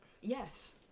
Yes